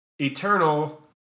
eternal